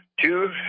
two